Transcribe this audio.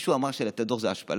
מישהו אמר שלתת דוח זו השפלה?